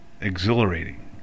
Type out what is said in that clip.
exhilarating